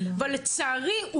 אבל לצערי,